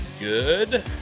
good